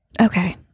Okay